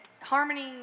harmony